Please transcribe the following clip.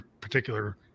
particular